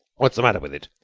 what's the matter with it?